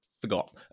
forgot